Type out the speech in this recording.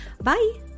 Bye